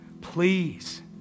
please